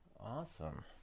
Awesome